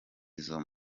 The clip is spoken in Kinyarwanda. izo